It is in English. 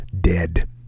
dead